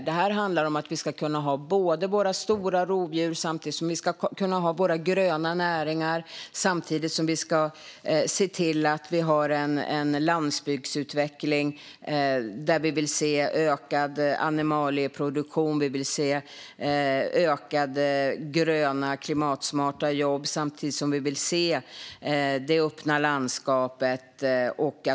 Det handlar om att vi ska kunna ha kvar våra stora rovdjur samtidigt som vi vill ha gröna näringar och en landsbygdsutveckling med ökad animalieproduktion. Vi vill även se ett ökat antal gröna klimatsmarta jobb och att det finns ett öppet landskap.